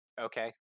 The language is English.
okay